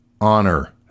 honor